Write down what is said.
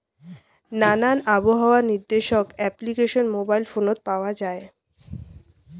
নানান আবহাওয়া নির্দেশক অ্যাপ্লিকেশন মোবাইল ফোনত পাওয়া যায়